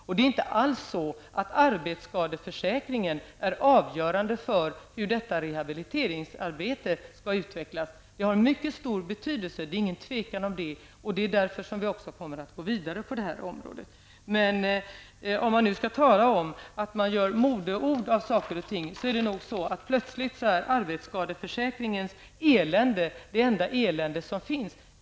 Och det är inte alls så att arbetsskadeförsäkringen är avgörande för hur detta rehabiliteringsarbete skall utvecklas. Den är av mycket stor betydelse, det är inget tvivel om det. Det är därför som vi också kommer att gå vidare på detta område. Om man nu skall tala om att göra mode av saker och ting, är det plötsligt arbetsskadeförsäkringens elände det enda elände som finns.